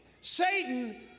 Satan